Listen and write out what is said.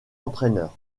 entraîneur